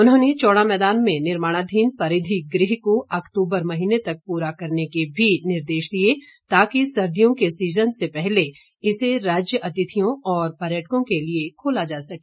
उन्होंने चौड़ा मैदान में निर्माणाधीन परिधि गृह को अक्तूबर महीने तक पूरा करने के भी निर्देश दिए ताकि सर्दियों के सीजन से पहले इसे राज्य अतिथियों और पर्यटकों के लिए खोला जा सके